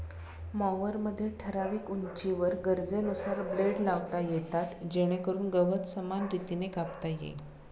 मॉवरमध्ये ठराविक उंचीवर गरजेनुसार ब्लेड लावता येतात जेणेकरून गवत समान रीतीने कापता येईल